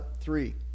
Three